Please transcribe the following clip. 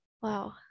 Wow